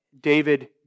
David